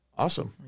Awesome